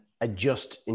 adjust